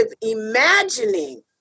imagining